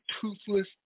toothless